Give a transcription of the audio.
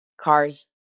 Cars